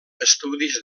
estudis